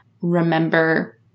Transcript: remember